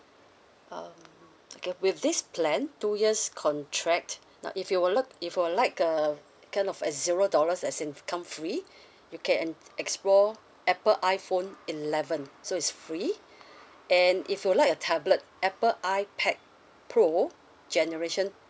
um okay with this plan two years contract now if you would look if you would like a kind of a zero dollars as in come free you can en~ explore apple iphone eleven so it's free and if you would like a tablet apple ipad pro generation